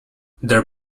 their